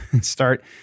start